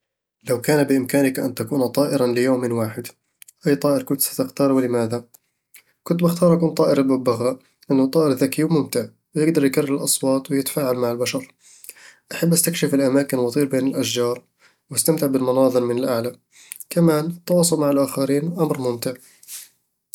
لو كان بإمكانك أن تكون طائرًا ليوم واحد، أي طائر كنت ستختار ولماذا؟ كنت بأختار أكون طائر الببغاء، لأنه طائر ذكي وممتع، ويقدر يكرر الأصوات ويتفاعل مع البشر أحب أستكشف الأماكن وأطير بين الأشجار وأستمتع بالمناظر من الأعلى كمان، التواصل مع الآخرين أمر ممتع